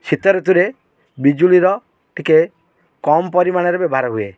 ଶୀତ ଋତୁରେ ବିଜୁଳିର ଟିକେ କମ ପରିମାଣରେ ବ୍ୟବହାର ହୁଏ